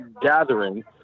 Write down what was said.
gathering